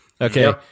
Okay